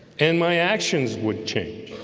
and my actions would change